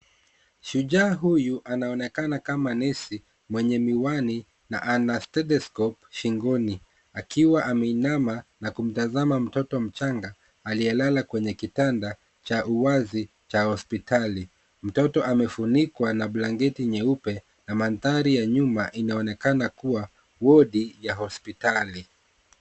Shujaa huyu anaonekana kama nesi mwenye miwani na ana stethoscope shingoni. Akiwa ameinama na kumtazama mtoto mchanga, aliyelala kwenye kitanda cha uwazi cha hospitali. Mtoto amefunikwa na blanketi nyeupe na mandhari ya nyuma inaonekana kuwa wodi ya hospitali.